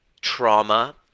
trauma